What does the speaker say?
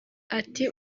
ati